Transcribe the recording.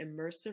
immersive